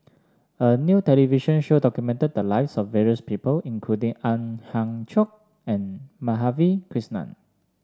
a new television show documented the lives of various people including Ang Hiong Chiok and Madhavi Krishnan